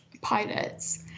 pilots